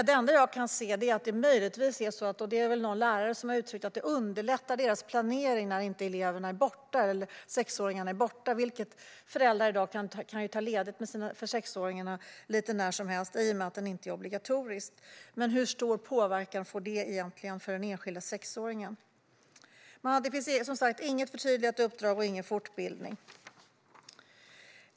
Det enda jag kan se är möjligtvis det som någon lärare har uttryckt: att det underlättar lärarnas planering när sexåringarna inte är borta. Föräldrar kan ju i dag ta ledigt för sexåringarna lite när som helst i och med att detta inte är obligatoriskt. Men hur stor påverkan får det egentligen för den enskilda sexåringen? Det finns som sagt inget förtydligat uppdrag och ingen fortbildning.